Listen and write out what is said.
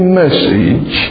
message